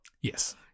Yes